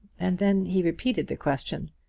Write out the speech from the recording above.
and then he repeated the question.